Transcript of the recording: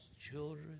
children